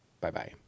Bye-bye